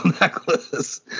necklace